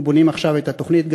אנחנו בונים עכשיו את התוכנית,